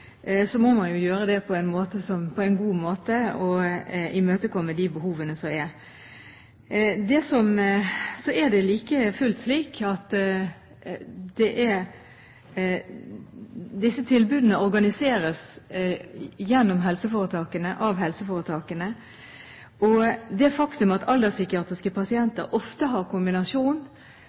må man gjøre det på en god måte og imøtekomme de behovene som er der. Så er det like fullt slik at disse tilbudene organiseres gjennom helseforetakene, av helseforetakene. Det faktum at alderspsykiatriske pasienter ofte har en kombinasjon